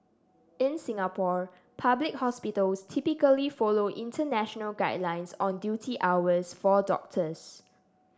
in Singapore public hospitals typically follow international guidelines on duty hours for doctors